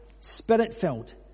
spirit-filled